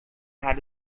had